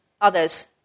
others